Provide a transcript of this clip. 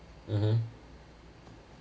mmhmm